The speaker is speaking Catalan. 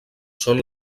són